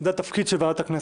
זה התפקיד של ועדת הכנסת,